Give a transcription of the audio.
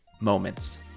moments